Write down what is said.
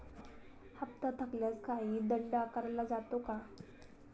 हप्ता थकल्यास काही दंड आकारला जातो का?